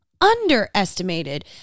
Underestimated